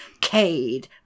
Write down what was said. Cade